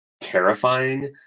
terrifying